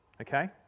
okay